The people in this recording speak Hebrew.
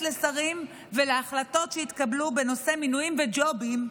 לשרים ולהחלטות שהתקבלו בנושא של מינויים וג'ובים,